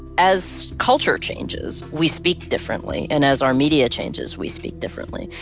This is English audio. as culture changes we speak differently and as our media changes, we speak differently.